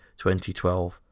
2012